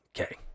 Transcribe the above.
Okay